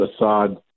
Assad